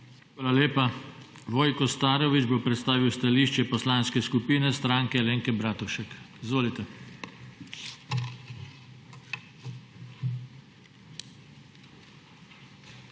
Hvala lepa. Vojko Starović bo predstavil stališče Poslanske skupine Stranke Alenke Bratušek. Izvolite. VOJKO